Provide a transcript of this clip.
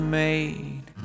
made